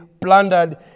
plundered